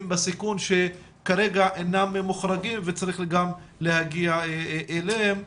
בסיכון שכרגע אינם מוחרגים וצריך להגיע גם אליהם.